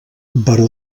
baró